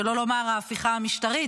שלא לומר ההפיכה המשטרית,